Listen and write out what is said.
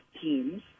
teams